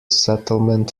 settlement